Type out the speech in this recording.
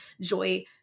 joy-